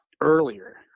earlier